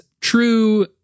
true